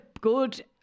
good